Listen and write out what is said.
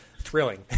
thrilling